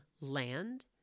land